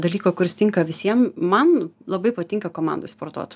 dalyko kuris tinka visiem man labai patinka komandoj sportuot